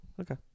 Okay